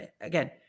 again